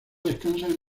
descansan